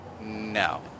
No